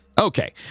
Okay